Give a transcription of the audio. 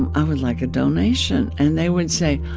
and i would like a donation. and they would say,